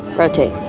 rotate.